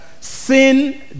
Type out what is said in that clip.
sin